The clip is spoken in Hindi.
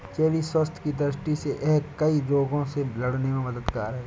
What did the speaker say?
चेरी स्वास्थ्य की दृष्टि से यह कई रोगों से लड़ने में मददगार है